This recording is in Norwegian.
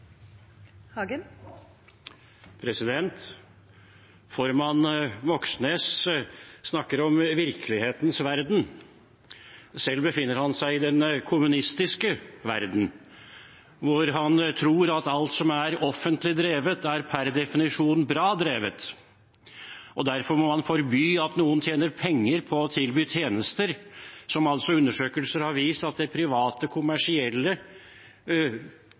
den kommunistiske verden, hvor han tror at alt som er offentlig drevet, per definisjon er bra drevet. Derfor må han forby at noen tjener penger på å tilby tjenester som undersøkelser har vist at de private, kommersielle produserer bedre enn det offentlige. Sunn fornuft ville da tilsi det som Fremskrittspartiet lenge har hevdet, at hvis private, kommersielle